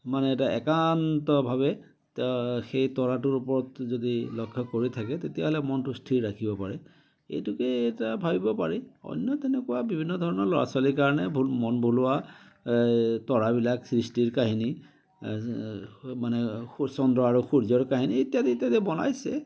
মানে এটা একান্তভাৱে সেই তৰাটোৰ ওপৰত যদি লক্ষ্য কৰি থাকে তেতিয়া হ'লে মনটো স্থিৰ ৰাখিব পাৰে এইটোকে এটা ভাবিব পাৰি অন্য তেনেকুৱা বিভিন্ন ধৰণৰ ল'ৰা ছোৱালীৰ কাৰণে ভুল মন ভুলোৱা তৰাবিলাক সৃষ্টিৰ কাহিনী মানে চন্দ্ৰ আৰু সূৰ্যৰ কাহিনী ইত্যাদি ইত্যাদি বনাইছে